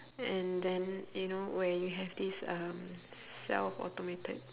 and then you know where you have this um self-automated